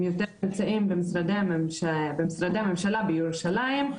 משרדי הממשלה נמצאים יותר בירושלים,